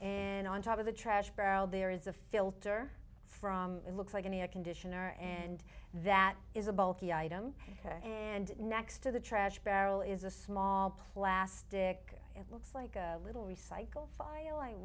and on top of the trash barrel there is a filter from it looks like any a conditioner and that is a bulky item and next to the trash barrel is a small plastic it looks like a little recycle file